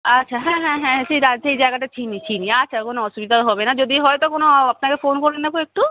আচ্ছা হ্যাঁ হ্যাঁ হ্যাঁ সেই রা সেই জায়গাটা চিনি চিনি আচ্ছা কোনো অসুবিধাও হবে না যদি হয় তো কোনো ও আপনাকে ফোন করে নেবো একটু